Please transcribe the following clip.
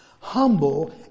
humble